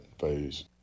phase